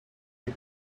you